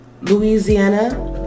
Louisiana